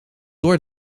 door